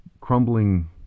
crumbling